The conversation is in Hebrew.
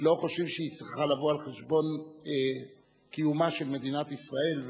לא חושבים שהיא צריכה לבוא על חשבון קיומה של מדינת ישראל.